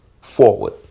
forward